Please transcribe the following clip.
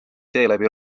seeläbi